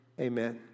Amen